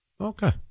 Okay